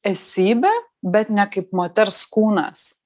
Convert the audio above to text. esybę bet ne kaip moters kūnas